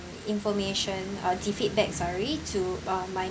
information uh the feedback sorry to uh my